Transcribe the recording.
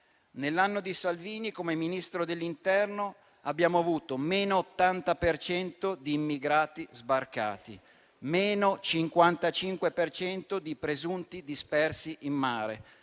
nell'anno di Salvini come Ministro dell'interno abbiamo avuto meno 80 per cento di immigrati sbarcati, meno 55 per cento di presunti dispersi in mare,